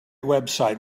website